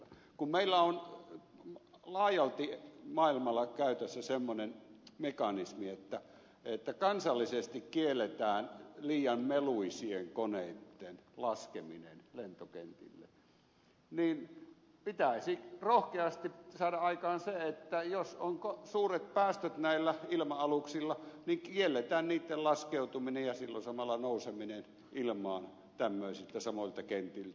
kun meillä on laajalti maailmalla käytössä semmoinen mekanismi että kansallisesti kielletään liian meluisien koneitten laskeminen lentokentille niin pitäisi rohkeasti saada aikaan se että jos on suuret päästöt näillä ilma aluksilla niin kielletään niitten laskeutuminen ja silloin samalla nouseminen ilmaan samoilta kentiltä